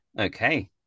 Okay